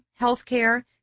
healthcare